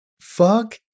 Fuck